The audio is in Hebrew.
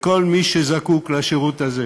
לכל מי שזקוק לשירות הזה.